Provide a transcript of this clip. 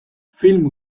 film